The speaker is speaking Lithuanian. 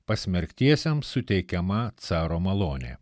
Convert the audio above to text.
pasmerktiesiems suteikiama caro malonė